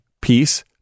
peace